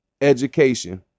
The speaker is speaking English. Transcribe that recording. education